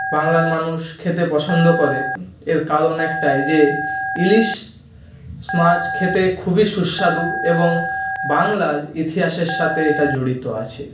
বাংলার মানুষ খেতে পছন্দ করে এর কারণ একটাই যে ইলিশ মাছ খেতে খুবই সুস্বাদু এবং বাংলার ইতিহাসের সাথে এটা জড়িত আছে